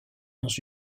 dans